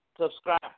subscribe